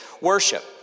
worship